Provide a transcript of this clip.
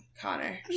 Connor